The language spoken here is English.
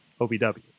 OVW